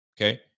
Okay